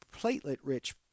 platelet-rich